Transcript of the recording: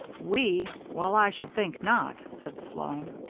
we! well, i should think not! said sloan.